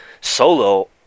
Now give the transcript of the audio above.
solo